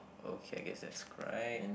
okay I guess that's right